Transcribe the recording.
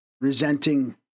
resenting